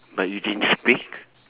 but you didn't speak